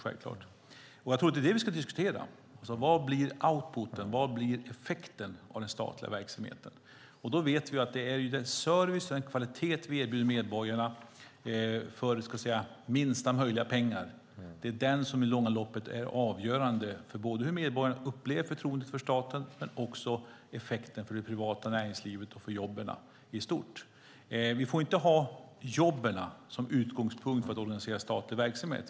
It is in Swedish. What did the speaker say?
Jag tror att det är det vi ska diskutera. Vad blir det för output? Vad blir effekten av den statliga verksamheten? Vi vet att det är den service och den kvalitet vi erbjuder medborgarna för minsta möjliga pengar som blir avgörande i det långa loppet för hur medborgarna upplever förtroendet för staten. Det gäller också effekten för det privata näringslivet och för jobben i stort. Vi får inte ha jobben som utgångspunkt för att organisera statlig verksamhet.